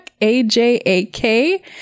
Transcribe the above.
A-J-A-K